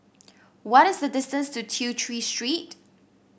what is the distance to Tew Chew Street